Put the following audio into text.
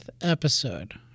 episode